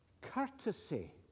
courtesy